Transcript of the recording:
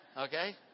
Okay